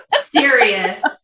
Serious